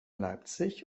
leipzig